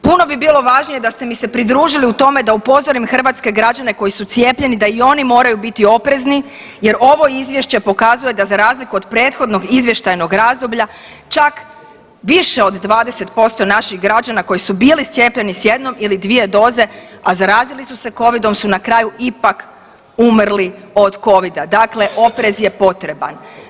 Puno bi bilo važnije da ste mi se pridružili u tome da upozorim hrvatske građane koji su cijepljeni da i oni moraju biti oprezni jer ovo izvješće pokazuje da za razliku od prethodnog izvještajnog razdoblja čak više od 20% naših građana koji su bili cijepljeni s jednom ili dvije doze, a zarazili su se covidom su na kraju ipak umrli od covida, dakle oprez je potreban.